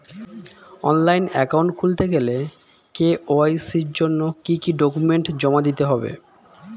Online account খুলতে গেলে KYC জন্য কি কি ডকুমেন্ট জমা দিতে হবে?